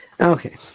Okay